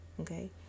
Okay